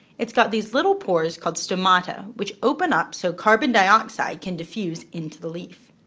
it's got these little pores called stomata, which open up so carbon dioxide can diffuse in to the leaf.